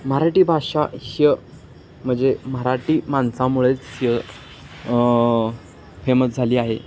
मराठी भाषा शिय म्हणजे मराठी माणसामुळेच शे फेमस झाली आहे